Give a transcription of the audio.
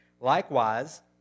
Likewise